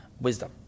wisdom